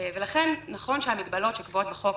ולכן, נכון שהמגבלות שקבועות בחוק